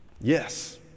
Yes